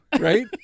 right